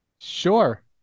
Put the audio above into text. sure